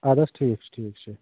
اد حظ ٹھیٖک چھُ ٹھیٖک چھُ